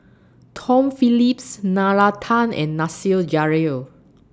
Tom Phillips Nalla Tan and Nasir Jalil